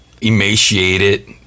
Emaciated